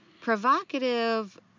provocative